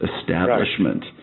establishment